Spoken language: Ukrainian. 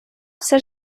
все